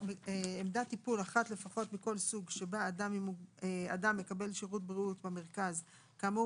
לעמדת טיפול אחת לפחות מכל סוג שבה אדם מקבל שירות בריאות במרכז כאמור